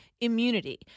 Immunity